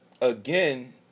again